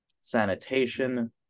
sanitation